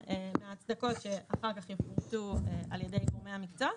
מהצדקות שאחר כך יפורטו על ידי גורמי המקצוע.